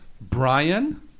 Brian